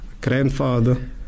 grandfather